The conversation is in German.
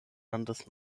landes